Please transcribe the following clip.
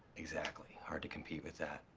exactly. hard to compete with that.